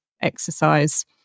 exercise